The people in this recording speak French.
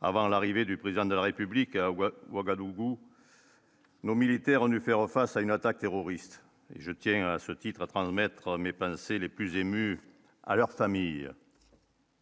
avant l'arrivée du président de la République a ou à Ouagadougou, nos militaires ont dû faire face à une attaque terroriste, je tiens à ce titre à transmettre mes pensées les plus émues à leur famille.